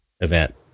event